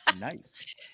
nice